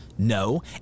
No